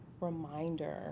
reminder